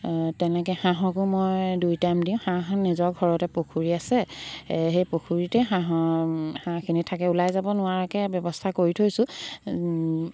তেনেকৈ হাঁহকো মই দুই টাইম দিওঁ হাঁহ নিজৰ ঘৰতে পুখুৰী আছে সেই পুখুৰীতে হাঁহৰ হাঁহখিনি থাকে ওলাই যাব নোৱাৰাকৈ ব্যৱস্থা কৰি থৈছোঁ